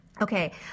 Okay